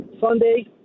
Sunday